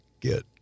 get